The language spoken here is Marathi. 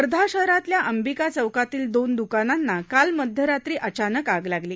वर्धा शहरातल्या अंबिका चौकातील दोन द्कानांना काल मध्यरात्री अचानक आग लागली